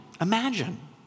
imagine